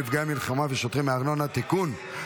נפגעי מלחמה ושוטרים מארנונה) (תיקון,